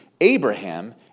Abraham